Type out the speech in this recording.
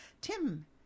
Tim